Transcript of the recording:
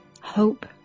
hope